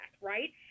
right